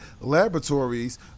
laboratories